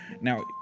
now